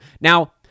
Now